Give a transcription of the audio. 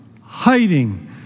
hiding